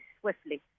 swiftly